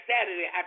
Saturday